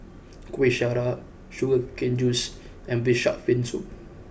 Kuih Syara Sugar Cane Juice and Braised Shark Fin Soup